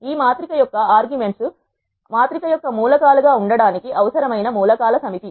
ఈ మాత్రిక యొక్కఆర్గ్యుమెంట్స్ మాత్రిక యొక్క మూలకాలు గా ఉండటానికి అవసరమైన మూల కాల సమితి